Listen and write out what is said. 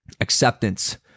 acceptance